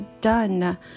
done